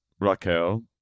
Raquel